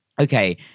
okay